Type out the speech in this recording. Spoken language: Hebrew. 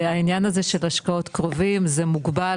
שהעניין הזה של השקעות קרובים זה מוגבל